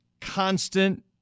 constant